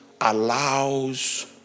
allows